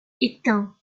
éteint